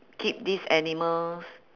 keep these animals